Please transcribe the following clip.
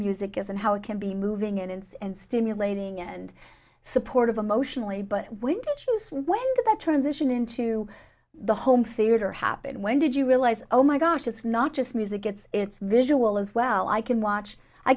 music is and how it can be moving in and stimulating and supportive emotionally but when you when that transition into the home theater happened when did you realize oh my gosh it's not just music it's it's visual as well i can watch i